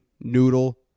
noodle